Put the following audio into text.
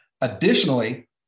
additionally